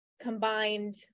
combined